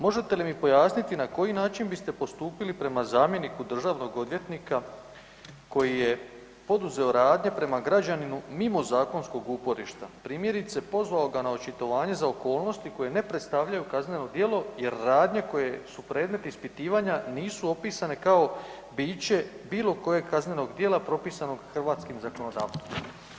Možete li mi pojasniti na koji način biste postupili prema zamjeniku državnog odvjetnika koji je poduzeo radnje prema građaninu mimo zakonskog uporišta, primjerice, pozvao ga na očitovanje za okolnosti koje ne predstavljaju kazneno djelo, jer radnje koje su predmet ispitivanja, nisu opisane kao ... bilo kojeg kaznenog djela propisanog hrvatskim zakonodavstvom.